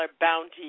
bounty